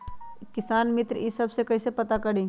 किसान मित्र ई सब मे कईसे पता करी?